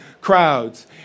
crowds